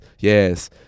Yes